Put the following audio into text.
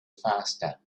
faster